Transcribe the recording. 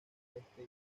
oeste